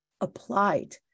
applied